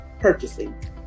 purchasing